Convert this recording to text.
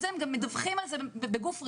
הם גם מדווחים על זה בגוף ראשון.